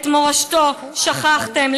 את מורשתו שכחתם.